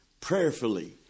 prayerfully